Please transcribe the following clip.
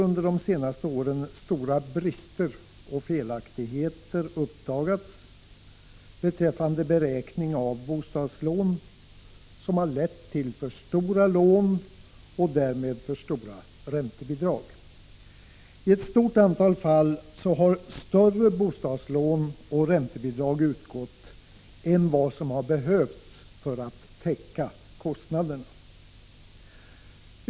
Under de senaste åren har, som bekant, stora brister och felaktigheter uppdagats beträffande beräkningen av bostadslånen som har lett till att för stora lån har utbetalats. Därmed har även räntebidragen blivit för stora. I ett stort antal fall har fastighetsägare fått större bostadslån och större räntebidrag än de behövt för att täcka sina kostnader.